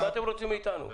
מה אתם רוצים מאיתנו?